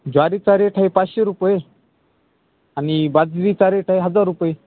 ज्वारीचा रेट आहे पाचशे रुपये आणि बाजरीचा रेट आहे हजार रुपये